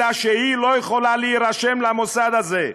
אלא שהיא לא יכולה להירשם למוסד הזה.